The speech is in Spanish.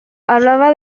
hablaba